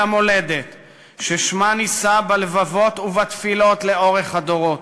אל המולדת ששמה נישא בלבבות ובתפילות לאורך הדורות,